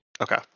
Okay